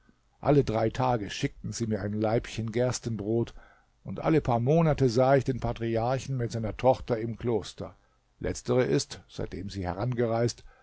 alle drei tage schickten sie mir ein laibchen gerstenbrot und alle paar monate sah ich den patriarchen mit seiner tochter im kloster letztere ist seitdem sie